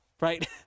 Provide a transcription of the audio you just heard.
right